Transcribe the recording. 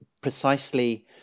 precisely